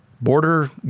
Border